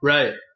Right